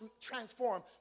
transform